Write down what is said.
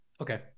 okay